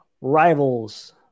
Rivals